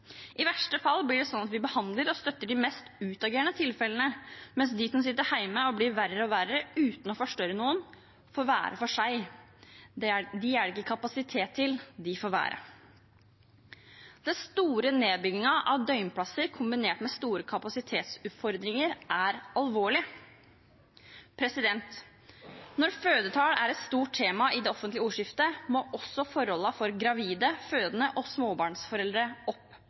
I verste fall blir det slik at man behandler og støtter de mest utagerende tilfellene, mens de som sitter hjemme og blir verre og verre uten å forstyrre noen, får være for seg selv; dem er det ikke kapasitet til – de får være. Den store nedbyggingen av døgnplasser kombinert med store kapasitetsutfordringer er alvorlig. Når fødetall er et stort tema i det offentlige ordskiftet, må også forholdene for gravide, fødende og småbarnsforeldre opp